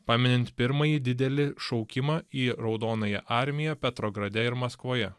paminint pirmąjį didelį šaukimą į raudonąją armiją petrograde ir maskvoje